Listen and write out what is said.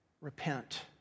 Repent